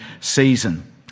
season